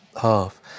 half